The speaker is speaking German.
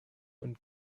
und